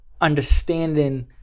understanding